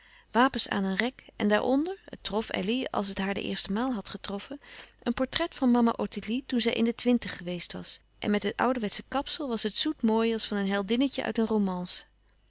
wapens aan een rek en daaronder het trof elly als het haar de eerste maal had getroffen een portret van mama ottilie toen zij in de twintig geweest was en met het ouderwetsche kapsel was het zoet mooi als van een heldinnetje uit een romance